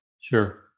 Sure